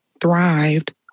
thrived